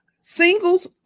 Singles